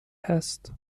هست